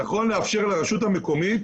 נכון לאפשר לרשות המקומית